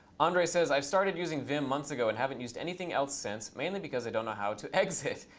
andre says, i've started using vim months ago and haven't used anything else since, mainly because i don't know how to exit.